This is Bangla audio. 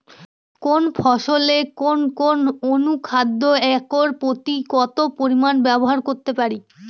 কোন ফসলে কোন কোন অনুখাদ্য একর প্রতি কত পরিমান ব্যবহার করতে পারি?